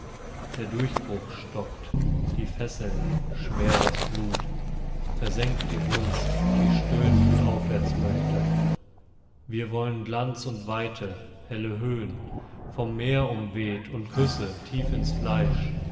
der durchbruch stockt die fesseln schwer das blut versenkt die brunst die stöhnt und aufwärts möchte wir wollen glanz und weite helle höhen vom meer umweht und küsse tief ins fleisch